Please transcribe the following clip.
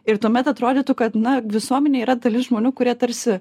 ir tuomet atrodytų kad na visuomenė yra dalis žmonių kurie tarsi